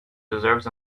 deserves